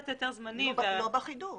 לא בחידוש.